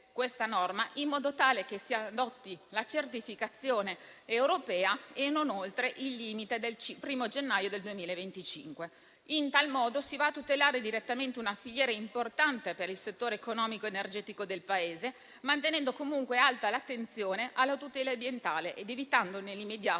questa norma in modo tale che la certificazione europea si adotti non oltre il limite del 1° gennaio 2025. Così facendo si tutela direttamente una filiera importante per il settore economico-energetico del Paese, mantenendo comunque alta l'attenzione verso la tutela ambientale ed evitando nell'immediato